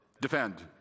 defend